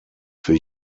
für